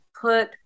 put